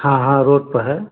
हाँ हाँ रोड पर है